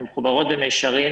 הן מחוברות במישרין.